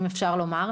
אם אפשר לומר.